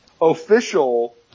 Official